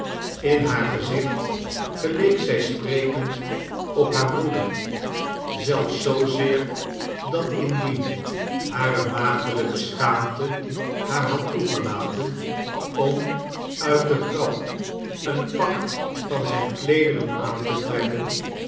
in haar gezicht geleek zij sprekend op haar broeder zelfs zoozeer dat indien hare maagdelyke sehaamte haar had toegelaten om uit de grap een pak van zijne kleederen aan te trekken